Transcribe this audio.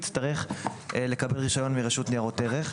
יצטרך לקבל רישיון מרשות ניירות ערך.